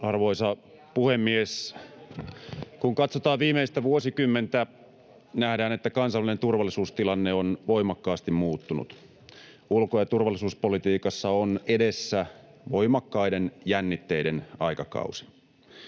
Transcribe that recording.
koputtaa] Kun katsotaan viimeistä vuosikymmentä, nähdään, että kansainvälinen turvallisuustilanne on voimakkaasti muuttunut. Ulko- ja turvallisuuspolitiikassa on edessä voimakkaiden jännitteiden aikakausi.